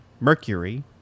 mercury